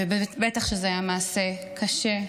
ובטח שזה היה מעשה קשה,